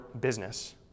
business